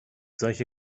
solche